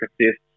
assists